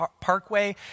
Parkway